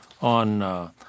on